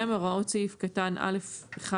הוראות סעיף קטן (א1)(1),